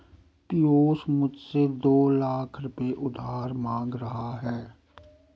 पियूष मुझसे दो लाख रुपए उधार मांग रहा है